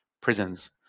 prisons